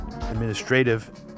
administrative